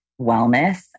wellness